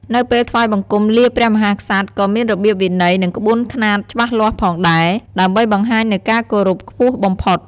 នៅពេលថ្វាយបង្គំលាព្រះមហាក្សត្រ ក៏មានរបៀបវិន័យ និងក្បួនខ្នាតច្បាស់លាស់ផងដែរ ដើម្បីបង្ហាញនូវការគោរពខ្ពស់បំផុត។